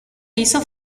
hizo